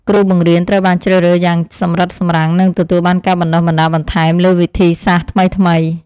គ្រូបង្រៀនត្រូវបានជ្រើសរើសយ៉ាងសម្រិតសម្រាំងនិងទទួលបានការបណ្តុះបណ្តាលបន្ថែមលើវិធីសាស្ត្រថ្មីៗ។